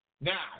Now